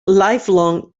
lifelong